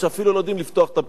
שאפילו לא יודעים לפתוח את הפה?